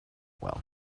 well